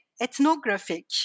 ethnographic